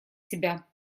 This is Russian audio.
себя